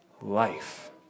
Life